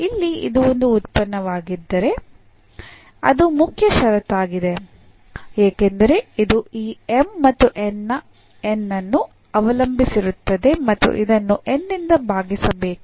ಇಲ್ಲಿ ಇದು ಒಂದು ಉತ್ಪನ್ನವಾಗಿದ್ದರೆ ಅದು ಮುಖ್ಯ ಷರತ್ತಾಗುತ್ತದೆ ಏಕೆಂದರೆ ಇದು ಈ M ಮತ್ತು N ಅನ್ನು ಅವಲಂಬಿಸಿರುತ್ತದೆ ಮತ್ತು ಇದನ್ನು N ನಿಂದ ಭಾಗಿಸಬೇಕು